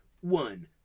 One